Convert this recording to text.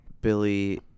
Billy